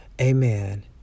Amen